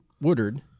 Woodard